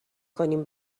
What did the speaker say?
کنیم